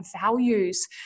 values